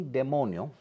demonio